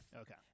Okay